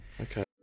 Okay